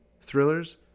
thrillers